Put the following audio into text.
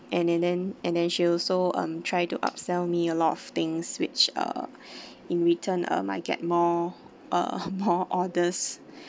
and and then and then she also um try to up sell me a lot of things which um in return uh I get more uh more orders